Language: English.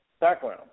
background